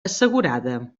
assegurada